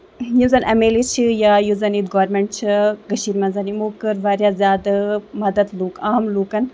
یُس زَن M L A چھُ یا یُس زَن یتہِ گورمینٹ چھِ کٔشیٖر منٛز یِمو کٔر واریاہ زیادٕ مدد لوک عام لُکن